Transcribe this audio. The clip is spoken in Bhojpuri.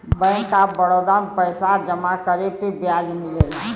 बैंक ऑफ बड़ौदा में पइसा जमा करे पे ब्याज मिलला